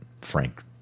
Frank